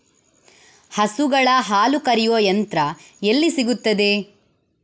ಹಸುಗಳ ಹಾಲು ಕರೆಯುವ ಯಂತ್ರ ಎಲ್ಲಿ ಸಿಗುತ್ತದೆ?